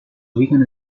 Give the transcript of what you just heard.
ubican